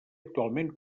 actualment